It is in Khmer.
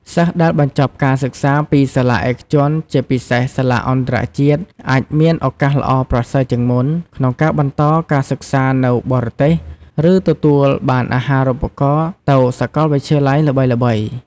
សិស្សដែលបញ្ចប់ការសិក្សាពីសាលាឯកជន ជាពិសេសសាលាអន្តរជាតិ អាចមាន ឱកាសល្អប្រសើរជាងមុន ក្នុងការបន្តការសិក្សានៅបរទេស ឬទទួលបានអាហារូបករណ៍ទៅសាកលវិទ្យាល័យល្បីៗ។